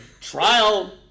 trial